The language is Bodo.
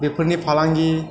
बेफोरनि फालांगि